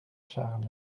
charles